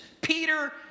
Peter